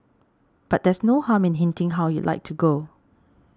but there's no harm in hinting how you'd like to go